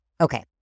Okay